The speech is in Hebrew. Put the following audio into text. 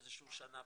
באיזה שהיא שנה,